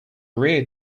rare